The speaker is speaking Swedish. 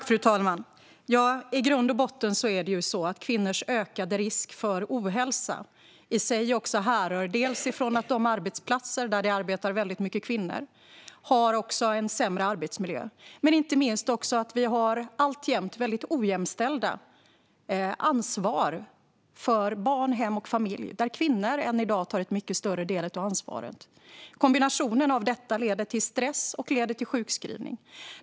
Fru talman! I grund och botten härrör problemet med kvinnors ökade risk för ohälsa från arbetsplatser där det arbetar väldigt många kvinnor i en sämre arbetsmiljö. Inte minst beror det också på att vi alltjämt har ett ojämställt ansvar för barn, hem och familj. Kvinnor tar än i dag en mycket större del av ansvaret. Kombinationen av detta leder till stress och till sjukskrivning.